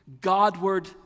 Godward